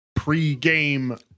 pre-game